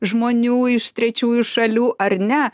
žmonių iš trečiųjų šalių ar ne